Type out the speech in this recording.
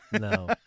No